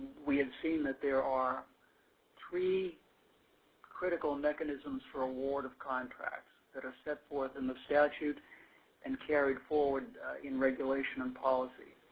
we have and seen that there are three critical mechanisms for award of contracts that are set forth in the statute and carried forward in regulation and policy.